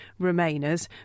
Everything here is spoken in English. remainers